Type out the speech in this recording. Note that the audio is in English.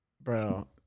Bro